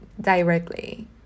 directly